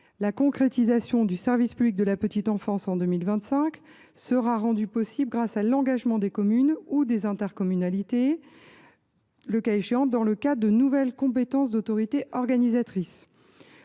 La concrétisation du service public de la petite enfance en 2025 sera rendue possible grâce à l’engagement des communes, ou des intercommunalités le cas échéant, dans le cadre de leurs nouvelles compétences d’autorités organisatrices.